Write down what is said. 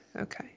Okay